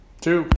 Two